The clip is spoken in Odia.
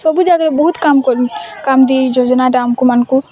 ସବୁ ଜାଗାରେ ବହୁତ କାମ କଲୁ କାମତୀ ଯୋଜନାଟା ଆମକୁ ମାନଙ୍କୁ